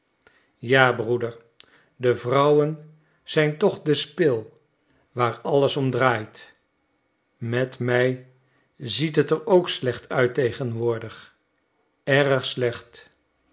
ja broeder de vrouwen zijn toch de spil waar alles om draait met mij ziet het er ook slecht uit tegenwoordig erg slecht